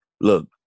Look